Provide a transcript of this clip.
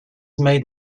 made